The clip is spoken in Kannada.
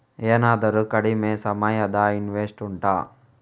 ಏನಾದರೂ ಕಡಿಮೆ ಸಮಯದ ಇನ್ವೆಸ್ಟ್ ಉಂಟಾ